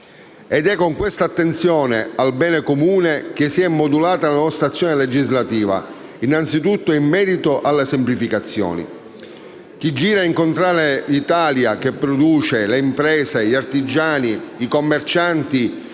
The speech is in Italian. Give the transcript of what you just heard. È con questa attenzione al bene comune che si è modulata la nostra azione legislativa, innanzi tutto in merito alle semplificazioni. Chi va in giro a incontrare "l'Italia che produce", le imprese, gli artigiani, i commercianti,